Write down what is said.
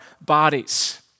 bodies